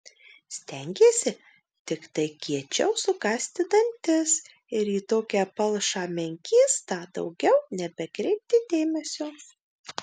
stengiesi tiktai kiečiau sukąsti dantis ir į tokią palšą menkystą daugiau nebekreipti dėmesio